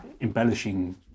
embellishing